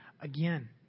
Again